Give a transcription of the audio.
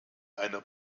eine